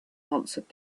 answered